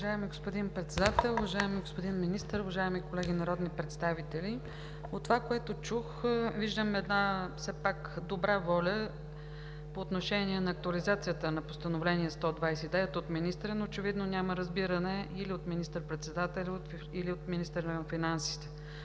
Уважаеми господин Председател, уважаеми господин Министър, уважаеми колеги народни представители! От това, което чух, виждам все пак добра воля по отношение на актуализацията на Постановление № 129 от министъра, но очевидно няма разбиране или от министър-председателя, или от министъра на финансите